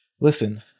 Listen